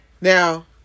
Now